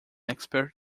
expert